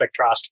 spectroscopy